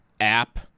app